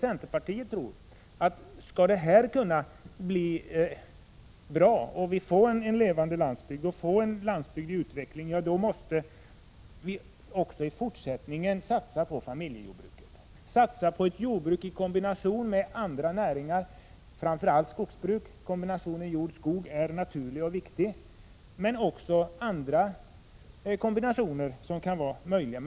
Centerpartiet tror att vi i fortsättningen, för att vi skall kunna ha en levande landsbygd och en landsbygd i utveckling, måste satsa på familjejordbruk, ett jordbruk i kombination med andra näringar, framför allt skogsbruk — kombinationen jord-skog är naturlig och viktig — men också andra kombinationer som kan vara möjliga.